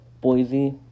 Boise